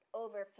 over